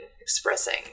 expressing